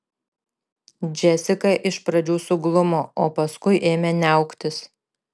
džesika iš pradžių suglumo o paskui ėmė niauktis